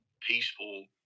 peaceful